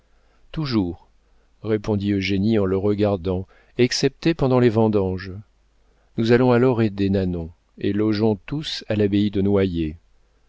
toujours répondit eugénie en le regardant excepté pendant les vendanges nous allons alors aider nanon et logeons tous à l'abbaye de noyers